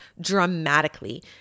dramatically